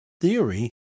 theory